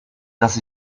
dass